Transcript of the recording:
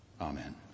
Amen